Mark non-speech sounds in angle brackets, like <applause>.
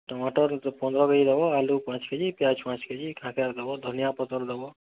ଟମାଟର୍ ପନ୍ଦର୍ K G ଦବ ଆଲୁ ପାଞ୍ଚ୍ କେ ଜି ପିଆଜ୍ ପାଞ୍ଚ୍ କେ ଜି <unintelligible> ଦବ ଧନିଆ ପତର୍ ଦବ